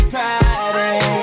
Friday